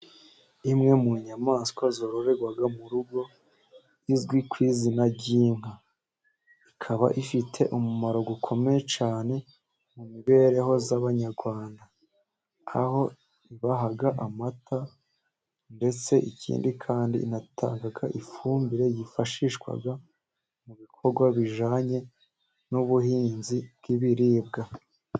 Imwe mu nyamaswa zororerwa mu rugo izwi ku izina ry'inka, ikaba ifite umumaro ukomeye cyane mu mibereho y'abanyarwanda aho ibaha amata, ndetse ikindi kandi inatanga ifumbire, yifashishwa mu bikorwa bijyanye n'ubuhinzi bw'ibiribwa.